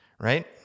right